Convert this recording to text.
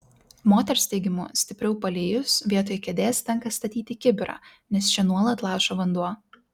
moters teigimu stipriau palijus vietoj kėdės tenka statyti kibirą nes čia nuolat laša vanduo